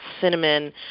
cinnamon